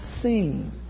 seen